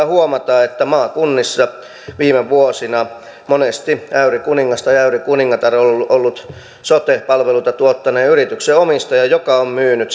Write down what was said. huomata että maakunnissa viime vuosina monesti äyrikuningas tai äyrikuningatar on ollut ollut sote palveluita tuottaneen yrityksen omistaja joka on myynyt